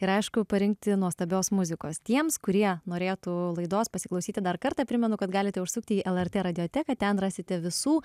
ir aišku parinkti nuostabios muzikos tiems kurie norėtų laidos pasiklausyti dar kartą primenu kad galite užsukti į lrt radioteką ten rasite visų